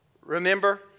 Remember